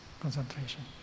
concentration